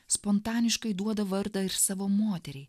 spontaniškai duoda vardą ir savo moteriai